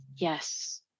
Yes